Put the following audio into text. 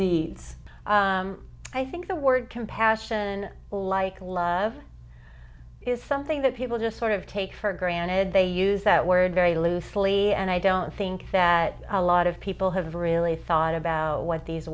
the i think the word compassion like love is something that people just sort of take for granted they use that word very loosely and i don't think that a lot of people have really thought about what these